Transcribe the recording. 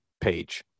page